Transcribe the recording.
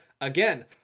Again